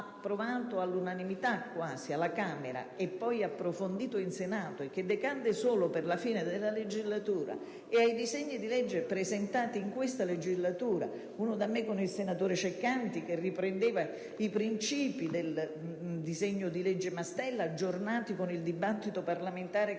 all'unanimità alla Camera e poi approfondito in Senato e che decadde solo per la fine della legislatura stessa) e ai disegni di legge presentati in questa legislatura, uno da me con il senatore Ceccanti, che riprendeva i principi del disegno di legge Mastella con aggiornamenti alla luce del dibattito parlamentare che c'era stato;